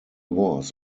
was